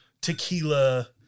tequila